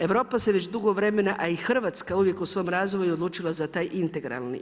Europa se već dugo vremena a i Hrvatska uvijek u svom razvoju odlučila za taj integralni.